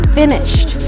finished